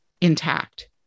intact